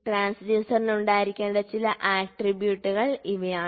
ട്രാൻസ്ഡ്യൂസറിന് ഉണ്ടായിരിക്കേണ്ട ചില ആട്രിബ്യൂട്ടുകൾ ഇവയാണ്